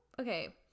Okay